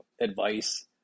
advice